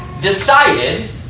decided